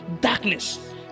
darkness